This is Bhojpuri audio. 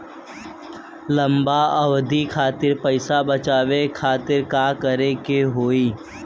लंबा अवधि खातिर पैसा बचावे खातिर का करे के होयी?